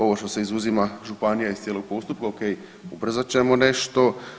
Ovo što se izuzima županija iz cijelog postupka o.k. ubrzat ćemo nešto.